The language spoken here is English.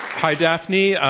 hi daphne.